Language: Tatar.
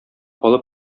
алып